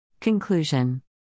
Conclusion